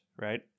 right